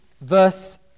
verse